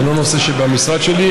זה לא נושא שבמשרד שלי.